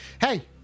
hey